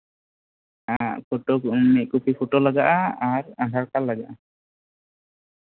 ᱢᱤᱫ copy photo ᱞᱟᱜᱟᱜᱼᱟ ᱟᱨ ᱟᱫᱷᱟᱨ ᱠᱟᱨᱰ ᱞᱟᱜᱟᱜᱼᱟ